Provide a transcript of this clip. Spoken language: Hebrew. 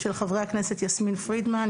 של חברי הכנסת יסמין פרידמן,